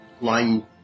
line